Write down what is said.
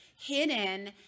hidden